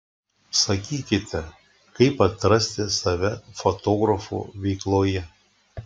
sakykite kaip atrasti save fotografo veikloje